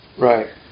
right